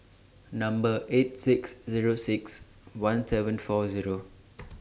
Number eight six Zero six one seven four Zero